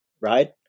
right